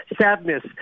sadness